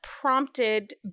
prompted